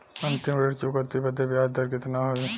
अंतिम ऋण चुकौती बदे ब्याज दर कितना होई?